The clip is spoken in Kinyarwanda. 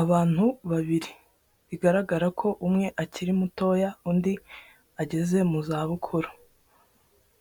Abantu babiri, bigaragara ko umwe akiri mutoya undi ageze mu zabukuru.